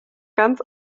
ganz